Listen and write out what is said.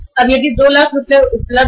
अब 2 लाख रुपए उपलब्ध है